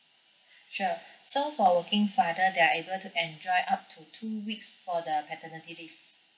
sure so for working father they are able to enjoy up to two weeks for the paternity leave